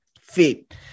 fit